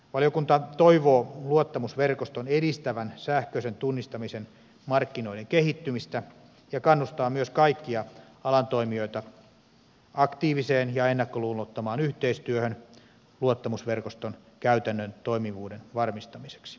valiokunta toivoo luottamusverkoston edistävän sähköisen tunnistamisen markkinoiden kehittymistä ja kannustaa myös kaikkia alan toimijoita aktiiviseen ja ennakkoluulottomaan yhteistyöhön luottamusverkoston käytännön toimivuuden varmistamiseksi